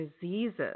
diseases